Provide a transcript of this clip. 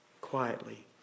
quietly